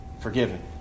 forgiven